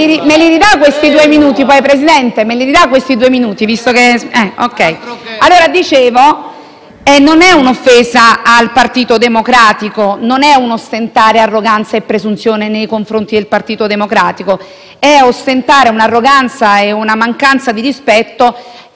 non è un'offesa al Partito Democratico. Non è ostentare arroganza e presunzione nei confronti del Partito Democratico. È ostentare un'arroganza e una mancanza di rispetto nei confronti di quel Parlamento in nome del quale e grazie alla fiducia del quale siede nei banchi del Governo.